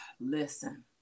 Listen